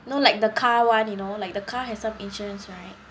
no like the car one you know like the car has some insurance right